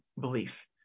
belief